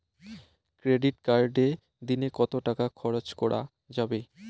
Credit কার্ডে দিনে কত টাকা খরচ করা যাবে?